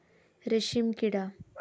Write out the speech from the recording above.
रेशीमकिडा